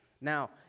Now